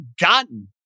gotten